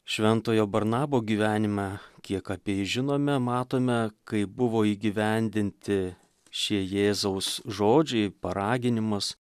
šventojo barnabo gyvenime kiek apie jį žinome matome kaip buvo įgyvendinti šie jėzaus žodžiai paraginimas